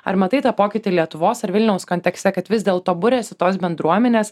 ar matai tą pokytį lietuvos ar vilniaus kontekste kad vis dėlto buriasi tos bendruomenės